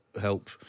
help